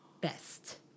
best